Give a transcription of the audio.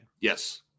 Yes